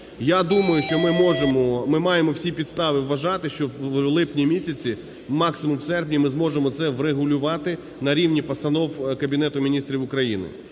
Я думаю, що ми маємо всі підстави вважати, що у липні місяці, максимум у серпні, ми зможемо це врегулювати на рівні постанов Кабінету Міністрів України.